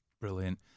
brilliant